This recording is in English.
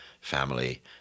family